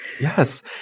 Yes